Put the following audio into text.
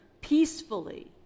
peacefully